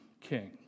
king